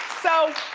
so